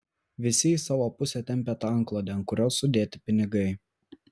visi į savo pusę tempią tą antklodę ant kurios sudėti pinigai